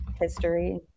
history